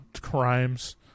crimes